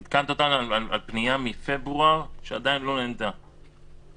עדכנת אותנו על פנייה מפברואר שעדיין לא נענתה.